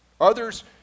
Others